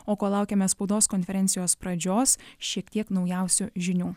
o kol laukiame spaudos konferencijos pradžios šiek tiek naujausių žinių